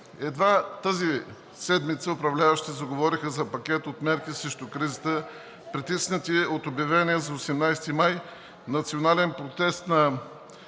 Едва тази седмица управляващите заговориха за пакет от мерки срещу кризата, притиснати от обявения за 18 май национален протест на